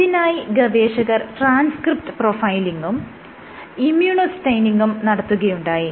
ഇതിനായി ഗവേഷകർ ട്രാൻസ്ക്രിപ്റ്റ് പ്രൊഫൈലിങും ഇമ്യൂണോസ്റ്റെയിനിങും നടത്തുകയുണ്ടായി